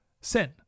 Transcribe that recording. sin